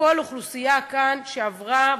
כל אוכלוסייה כאן עברה,